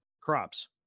crops